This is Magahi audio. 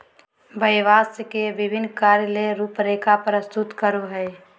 व्यवसाय के विभिन्न कार्य ले रूपरेखा प्रस्तुत करो हइ